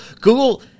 Google